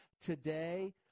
today